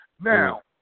Now